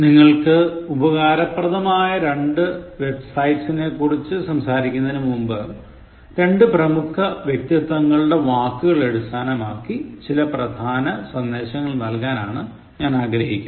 നിങ്ങൾക്ക് ഉപകാരപ്രദമായ രണ്ട് വെബ്സൈറ്റ്സിനെക്കുറിച്ച് സംസാരിക്കുന്നതിനു മുമ്പ് രണ്ടു പ്രമുഖ വ്യക്തിത്വങ്ങളുടെ വാക്കുകളെ അടിസ്ഥാനമാക്കി ചില പ്രധാന സന്ദേശങ്ങൾ നല്കാന് ഞാൻ ആഗ്രഹിക്കുകയാണ്